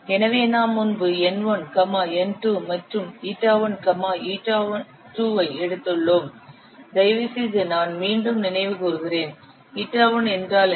எனவே நாம் முன்பு N1 N2 மற்றும் η1 η2 ஐ எடுத்துள்ளோம் தயவுசெய்து நான் மீண்டும் நினைவு கூர்கிறேன் η1 என்றால் என்ன